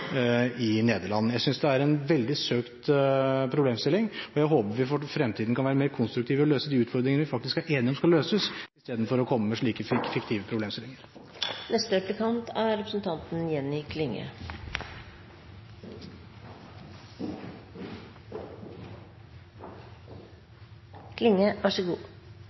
i Nederland. Jeg synes det er en veldig søkt problemstilling, og jeg håper vi for fremtiden kan være mer konstruktive i å løse de utfordringene vi faktisk er enige om at skal løses, istedenfor å komme med slike fiktive problemstillinger.